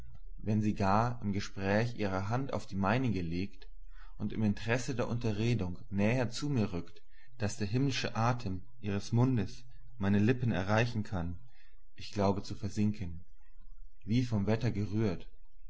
wenn sie gar im gespräch ihre hand auf die meinige legt und im interesse der unterredung näher zu mir rückt daß der himmlische atem ihres mundes meine lippen erreichen kann ich glaube zu versinken wie vom wetter gerührt